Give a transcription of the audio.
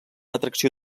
atracció